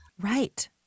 Right